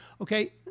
Okay